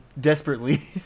desperately